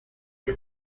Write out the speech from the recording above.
que